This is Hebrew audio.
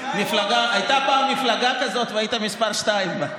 הייתה פעם מפלגה כזאת, והיית מספר שתיים בה.